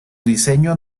diseño